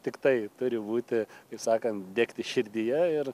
tiktai turi būti kaip sakant degti širdyje ir